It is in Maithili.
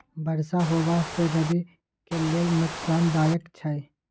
बरसा होबा से रबी के लेल नुकसानदायक छैय?